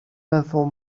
meddwl